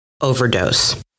overdose